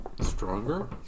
stronger